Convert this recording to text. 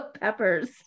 peppers